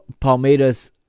Palmeiras